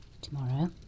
Tomorrow